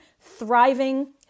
thriving